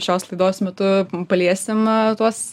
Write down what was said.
šios laidos metu paliesim tuos